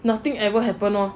nothing ever happened lor